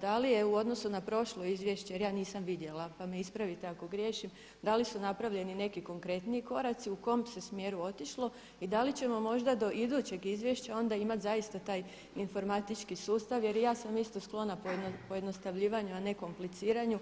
da li je u odnosu na prošlo izvješće jer ja nisam vidjela pa me ispravite ako griješim, da li su napravljeni neki konkretniji koraci, u kom se smjeru otišlo i da li ćemo možda do idućeg izvješća onda imati zaista taj informatički sustav jer i ja sam isto sklona pojednostavljivanju a ne kompliciranju.